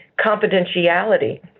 confidentiality